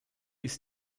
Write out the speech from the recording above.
ist